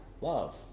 love